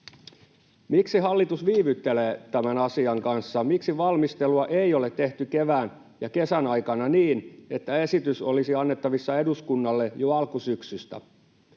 Miksi hallitus viivyttelee tämän asian kanssa? Miksi valmistelua ei ole tehty kevään ja kesän aikana niin, että esitys olisi annettavissa eduskunnalle jo alkusyksystä